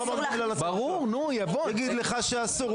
לא אמרתי את המילה לצאת, יגיד לך שאסור.